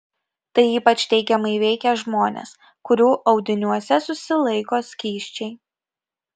tai ypač teigiamai veikia žmones kurių audiniuose susilaiko skysčiai